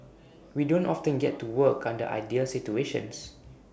we don't often get to work under ideal situations